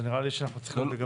נראה לי שאנחנו צריכים לגבש.